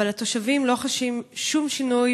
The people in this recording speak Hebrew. אבל התושבים לא חשים שום שינוי,